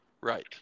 Right